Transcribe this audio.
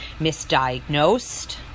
misdiagnosed